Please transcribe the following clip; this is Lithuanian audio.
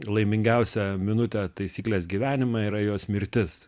laimingiausia minutė taisyklės gyvenime yra jos mirtis